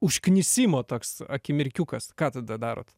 užknisimo toks akimirkiukas ką tada darot